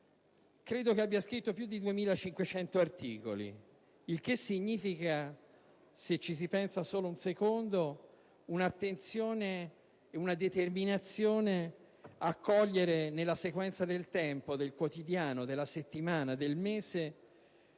sembra abbia scritto più di 2.500 articoli, il che denota, se ci si pensa solo un secondo, un'attenzione e una determinazione a cogliere nella sequenza del tempo - del quotidiano, della settimana, del mese